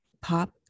pop